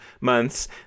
months